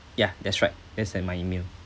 yeah that's right that's an my email